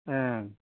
ꯎꯝ